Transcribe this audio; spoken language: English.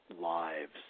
lives